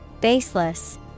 Baseless